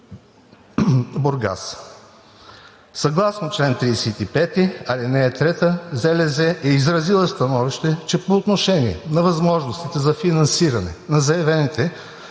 Бургас. Съгласно чл. 35, ал. 3 от ЗЛЗ е изразила становище, че по отношение на възможностите за финансиране на заявените